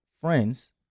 friends